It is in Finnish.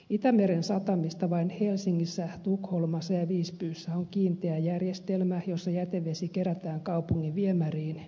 itämeren satamista vain helsingissä tukholmassa ja visbyssä on kiinteä järjestelmä jossa jätevesi kerätään kaupungin viemäriin ja vedenpuhdistamoon